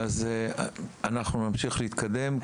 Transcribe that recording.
אז אנחנו נמשיך להתקדם,